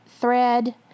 thread